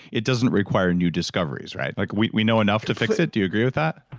it doesn't require new discoveries, right? like we we know enough to fix it, do you agree with that?